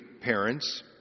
parents